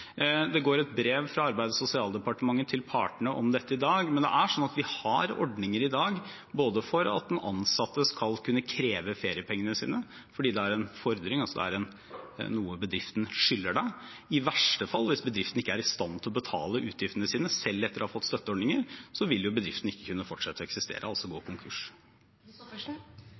Det går et brev fra Arbeids- og sosialdepartementet til partene om dette i dag. Men det er sånn at vi har ordninger i dag for at den ansatte skal kunne kreve feriepengene sine, fordi det er en fordring, det er noe bedriften skylder dem. I verste fall, hvis bedriften ikke er i stand til å betale utgiftene sine selv etter å ha fått støtteordninger, vil bedriften ikke kunne fortsette å eksistere, altså gå